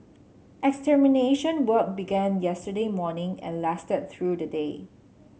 extermination work began yesterday morning and lasted through the day